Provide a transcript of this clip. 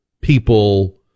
people